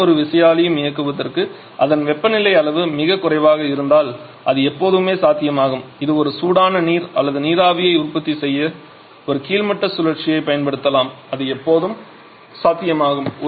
எந்தவொரு விசையாழியையும் இயக்குவதற்கு அதன் வெப்பநிலை அளவு மிகக் குறைவாக இருந்தால் அது எப்போதுமே சாத்தியமாகும் இது சூடான நீர் அல்லது நீராவியை உற்பத்தி செய்ய ஒரு கீழ்மட்ட சுழற்சியைப் பயன்படுத்தலாம் அது எப்போதும் சாத்தியமாகும்